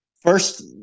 first